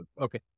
okay